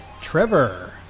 Trevor